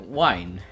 wine